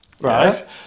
right